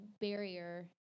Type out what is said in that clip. barrier